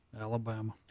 Alabama